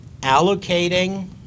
allocating